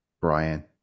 brian